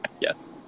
yes